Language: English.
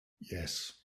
yes